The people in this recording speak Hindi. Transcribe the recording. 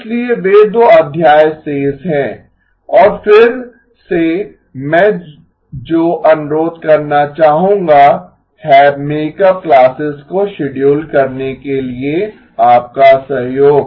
इसलिए वे दो अध्याय शेष हैं और फिर से मैं जो अनुरोध करना चाहूंगा है मेकअप क्लासेस को शेड्यूल करने के लिए आपका सहयोग